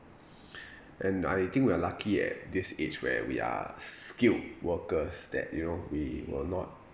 and I think we are lucky at this age where we are skilled workers that you know we were not